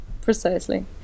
Precisely